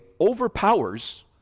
overpowers